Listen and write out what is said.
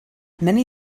many